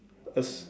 us